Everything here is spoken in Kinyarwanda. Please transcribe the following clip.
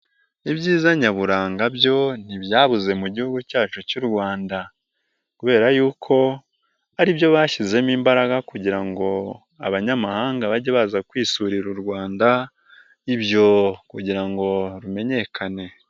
Ibyiza nyaburanga byo ntibyabuze mu gihugu cyacu cy'u Rwanda kubera yuko ari byo bashyizemo imbaraga kugira ngo abanyamahanga bage baza kwisurira u Rwanda ibyo kugira ngo rumenyekane.